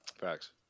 Facts